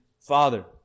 Father